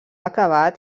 acabat